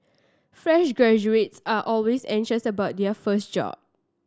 fresh graduates are always anxious about their first job